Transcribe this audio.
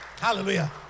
hallelujah